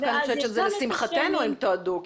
אני דווקא חושבת שזה לשמחתנו שהם תועדו,